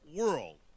world